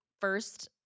first